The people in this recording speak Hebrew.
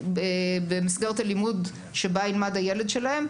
במסגרת הלימוד שבה ילמד הילד שלהם,